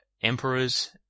emperors